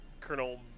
Colonel